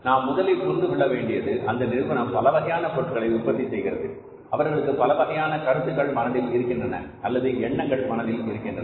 நாம் முதலில் புரிந்து கொள்ள வேண்டியது அந்த நிறுவனம் பலவகையான பொருட்களை உற்பத்தி செய்கிறது அவர்களுக்கு பலவகையான கருத்துக்கள் மனதில் இருக்கின்றன அல்லது எண்ணங்கள் மனதில் இருக்கின்றன